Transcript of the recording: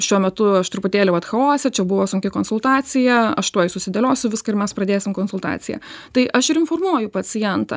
šiuo metu aš truputėlį vat chaose čia buvo sunki konsultacija aš tuoj susidėliosiu viską ir mes pradėsim konsultaciją tai aš ir informuoju pacientą